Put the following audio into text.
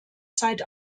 zeit